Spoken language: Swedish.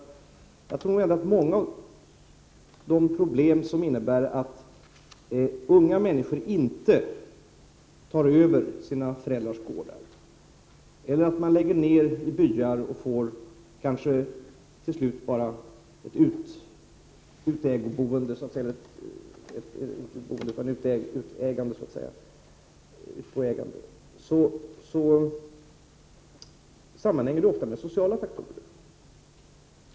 Jag tror att de problem som innebär att unga människor inte tar över sina föräldrars gårdar eller att jordbruken i hela byar läggs ner, så att man till slut kanske får ett utägande så att säga, ofta sammanhänger med sociala faktorer.